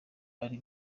ari